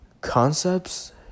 Concepts